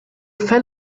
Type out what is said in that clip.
fell